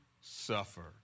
suffer